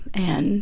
and